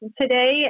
today